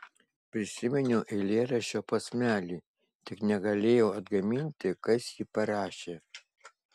prisiminiau eilėraščio posmelį tik negalėjau atgaminti kas jį parašė